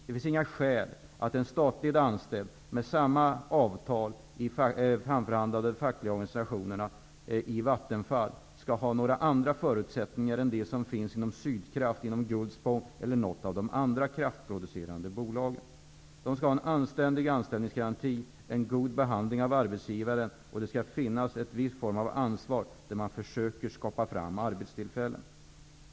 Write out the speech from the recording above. Det finns inga skäl till att en statligt anställd i Vattenfall, med samma avtal framförhandlade av de fackliga organisationerna, skall ha några andra förutsättningar än dem som är anställda i Sydkraft, i Gullspång eller i något av de andra kraftproducerande bolagen. De skall ha en anständig anställningsgaranti samt en god behandling från arbetsgivarens sida, och det skall finnas en viss form av ansvar som innebär att man försöker skapa arbetstillfällen.